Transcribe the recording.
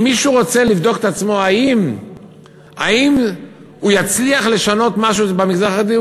אם מישהו רוצה לבדוק את עצמו האם הוא יצליח לשנות משהו במגזר החרדי,